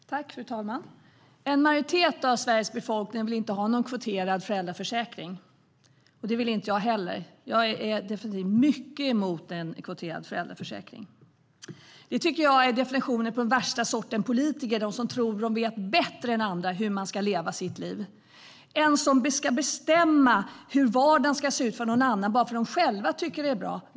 Fru talman! En majoritet av Sveriges befolkning vill inte ha någon kvoterad föräldraförsäkring, och det vill inte jag heller. Jag är mycket emot en kvoterad föräldraförsäkring. Definitionen av den värsta sortens politiker tycker jag är de som tror att de vet bättre än andra hur man ska leva sitt liv, en som ska bestämma hur vardagen ska se ut för någon annan, bara därför att de själva tycker att det är bra.